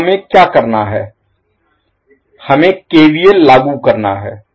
अब हमें क्या करना है हमें केवीएल लागू करना होगा